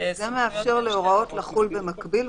זה מאפשר להוראות לחול במקביל,